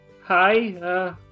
Hi